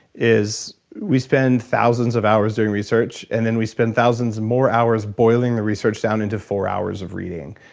is we spend thousands of hours doing research and then we spend thousands of more hours boiling the research down into four hours of reading.